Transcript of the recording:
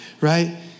right